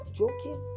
joking